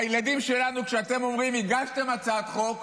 הילדים שלנו, כשאתם אומרים שהגשתם הצעת חוק,